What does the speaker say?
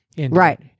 Right